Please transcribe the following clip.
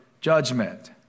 judgment